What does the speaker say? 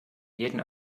jeden